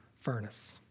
furnace